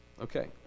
Okay